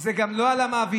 זה גם לא על המעבידים,